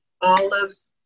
olives